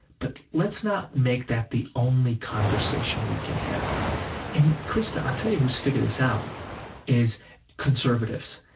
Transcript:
but let's not make that the only conversation we can have and krista, i'll tell you who's figured this out is conservatives.